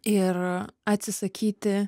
ir atsisakyti